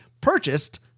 purchased